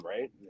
right